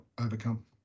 overcome